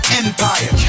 empire